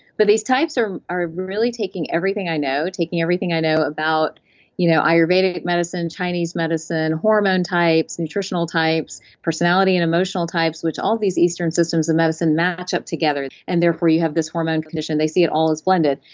but these types are are really taking everything i know, taking everything i know about you know ayurvedic ayurvedic medicine, chinese medicine, hormone types nutritional types, personality and emotional types, which all of these eastern systems of medicine match up together, and therefore you have this hormone condition, they see it all as blended.